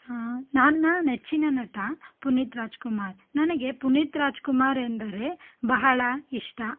ಹಾಂ ನನ್ನ ನೆಚ್ಚಿನ ನಟ ಪುನೀತ್ ರಾಜ್ಕುಮಾರ್ ನನಗೆ ಪುನೀತ್ ರಾಜ್ಕುಮಾರ್ ಎಂದರೆ ಬಹಳ ಇಷ್ಟ